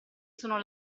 sono